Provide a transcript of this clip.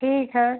ठीक है